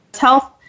Health